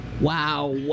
Wow